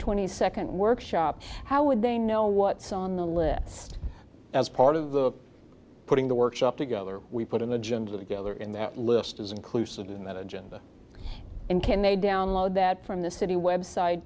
twenty second workshop how would they know what's on the list as part of the putting the workshop together we put in the gym together in that list is inclusive in that agenda and can they download that from the city website